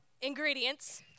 ingredients